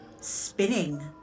spinning